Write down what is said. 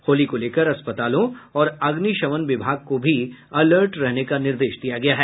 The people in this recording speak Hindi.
होली को लेकर अस्पतालों और अग्निशमन विभाग को भी अलर्ट रहने का निर्देश दिया गया है